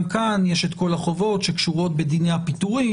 כאן יש את כל החובות שקשורות בדיני הפיטורין,